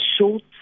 short